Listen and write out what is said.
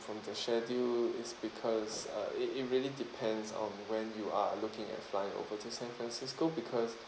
from the schedule is because uh it it really depends on when you are looking at flying over to san francisco because